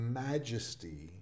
majesty